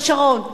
של שרון,